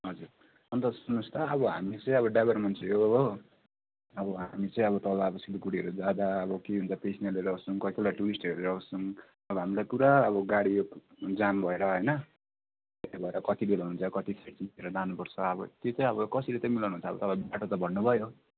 हजुर अन्त सुन्नोस् त अब हामी चाहिँ अब ड्राइभर मान्छे हो हो अब हामी चाहिँ अब तल सिलगढीहरू जाँदा अब के हुन्छ पेसेन्जरहरू ल्याउँछौँ कोही कोही बेला टुरिस्टहरू ल्याउँछौँ अब हामीलाई पुरा अब गाडी जाम भएर होइन त्यसो भएर कति बेला हुन्छ कतिखेर टिपेर लानुपर्छ अब त्यो चाहिँ अब कसरी चाहिँ मिलाउनुहुन्छ अब तर बाटो त भन्नु भयो